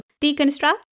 deconstruct